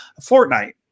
Fortnite